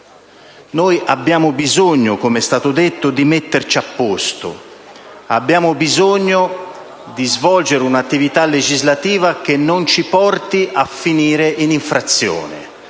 Noi abbiamo bisogno - come è stato detto - di metterci a posto, di svolgere un'attività legislativa che non ci porti a finire in infrazione,